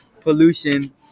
pollution